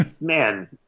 man